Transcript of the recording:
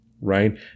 right